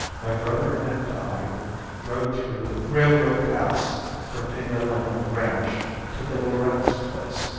my brother and i rode through railroad pass from pinaleno ranch to the lorentz place,